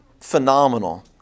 phenomenal